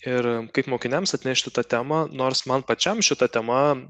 ir kaip mokiniams atnešti tą temą nors man pačiam šita tema